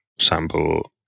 sample